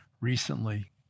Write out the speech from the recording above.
recently